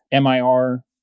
MIR